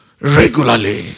Regularly